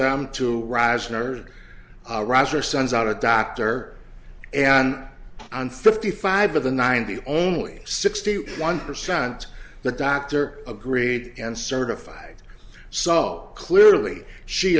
them to rise nerd roger sun's out of doctor and on fifty five of the ninety only sixty one percent the doctor agreed and certified sult clearly she